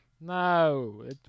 No